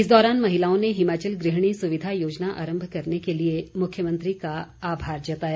इस दौरान महिलाओं ने हिमाचल गृहिणी सुविधा योजना आरंभ करने के लिए मुख्यमंत्री का आभार जताया